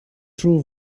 true